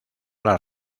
las